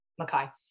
Makai